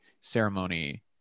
ceremony